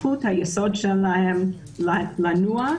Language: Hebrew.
אני מתעקשת על זכותי לא לדון בזה וטוב,